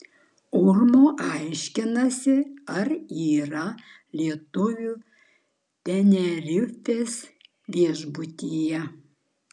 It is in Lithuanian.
urm aiškinasi ar yra lietuvių tenerifės viešbutyje